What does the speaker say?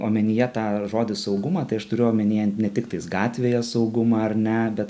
omenyje tą žodį saugumą tai aš turiu omenyje ne tik tais gatvėje saugumą ar ne bet